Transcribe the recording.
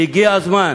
והגיע הזמן: